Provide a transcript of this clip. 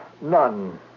none